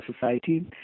society